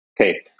okay